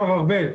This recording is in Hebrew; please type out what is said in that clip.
מר ארבל,